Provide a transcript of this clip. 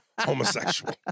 homosexual